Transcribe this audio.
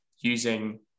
using